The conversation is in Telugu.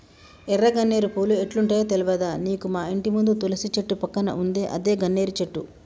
ఎర్ర గన్నేరు పూలు ఎట్లుంటయో తెల్వదా నీకు మాఇంటి ముందు తులసి చెట్టు పక్కన ఉందే అదే గన్నేరు చెట్టు